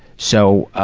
so,